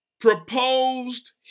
Proposed